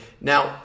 now